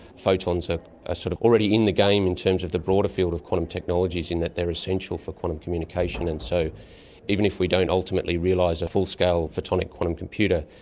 photons are ah sort of already in the game in terms of the broader field of quantum technologies in that they're essential for quantum communication. and so even if we don't ultimately realise a full-scale photonic quantum computer,